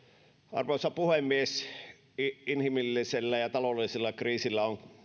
arvoisa puhemies inhimillisellä ja taloudellisella kriisillä on